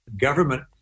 government